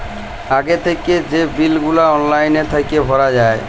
আগে থ্যাইকে যে বিল গুলা অললাইল থ্যাইকে ভরা যায়